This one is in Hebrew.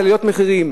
של עליות מחירים.